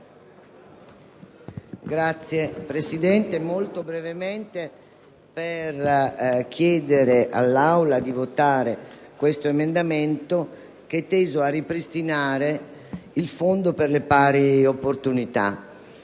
intervengo molto brevemente per chiedere all'Aula di votare questo emendamento, teso a ripristinare il Fondo per le pari opportunità,